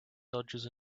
dodges